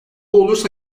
olursa